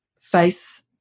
face